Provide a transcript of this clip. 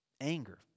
anger